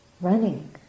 running